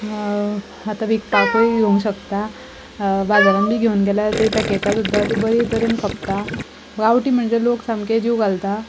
आतां विकपाकूय घेवंक शकता बाजारांत बी घेवन गेल्यार थंय पॅकेटां सुद्दां ती बरे तरेन खपता गांवठी म्हणजे लोक सामके जीव घालता